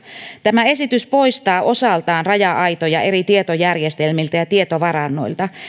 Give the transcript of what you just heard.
tämä esitys poistaa osaltaan raja aitoja eri tietojärjestelmiltä ja tietovarannoilta